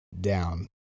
down